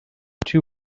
two